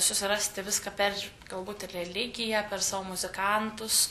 susirasti viską per galbūt ir religiją per savo muzikantus